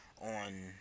on